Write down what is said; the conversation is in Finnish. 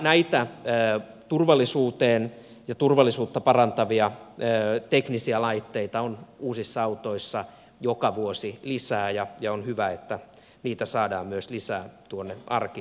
näitä turvallisuuteen liittyviä ja turvallisuutta parantavia teknisiä laitteita on uusissa autoissa joka vuosi lisää ja on hyvä että niitä saadaan lisää myös tuonne arkiliikenteeseen